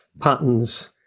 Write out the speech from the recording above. patterns